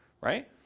right